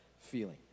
feeling